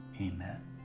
amen